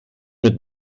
mit